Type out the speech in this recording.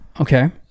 Okay